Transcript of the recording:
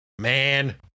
Man